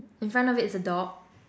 in front of it's a dog